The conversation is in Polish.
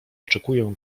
oczekuję